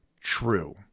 true